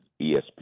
ESPN